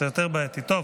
טוב.